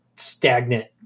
stagnant